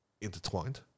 intertwined